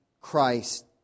Christ